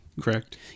correct